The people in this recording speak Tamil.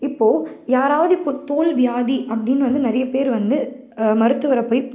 இப்போது யாராவது இப்போது தோல் வியாதி அப்படின்னு வந்து நிறைய பேர் வந்து மருத்துவரை போய்